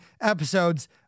episodes